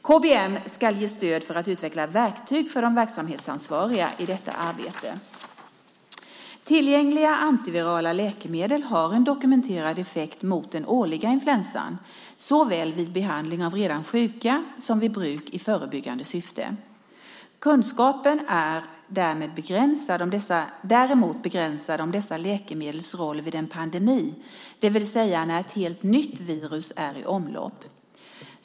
KBM ska ge stöd genom att utveckla verktyg för de verksamhetsansvariga i detta arbete. Tillgängliga antivirala läkemedel har en dokumenterad effekt mot den årliga influensan, såväl vid behandling av redan sjuka som vid bruk i förebyggande syfte. Kunskapen är däremot begränsad om dessa läkemedels roll vid en pandemi, det vill säga när ett helt nytt virus är i omlopp.